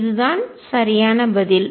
இதுதான் சரியான பதில்